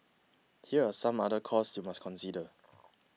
here are some other costs you must consider